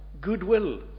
goodwill